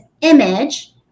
image